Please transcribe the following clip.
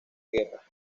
guerra